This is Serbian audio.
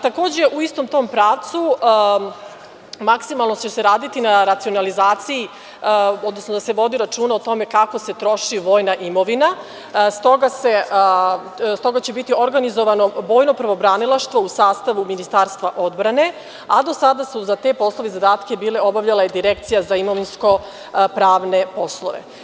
Takođe, u istom tom pravcu maksimalno će se raditi na racionalizaciji, odnosno da se vodi računa o tome kako se troši vojna imovina, stoga će biti organizovano vojno pravobranilaštvo u sastavu Ministarstva odbrane, a do sada je te poslove i zadatke obavljala Direkcija za imovinsko-pravne poslove.